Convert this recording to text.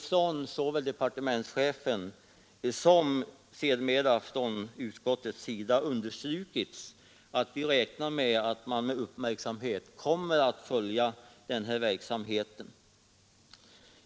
Både departementschefen och senare utskottet har ju understrukit att man räknar med att verksamheten kommer att följas med uppmärksamhet.